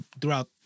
throughout